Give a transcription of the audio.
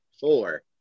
four